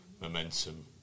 momentum